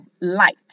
light